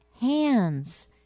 hands